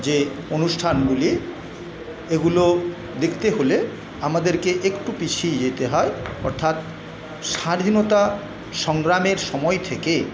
যে অনুষ্ঠানগুলি সেগুলো দেখতে হলে আমাদেরকে একটু পিছিয়ে যেতে হয় অর্থাৎ স্বাধীনতা সংগ্রামের সময় থেকে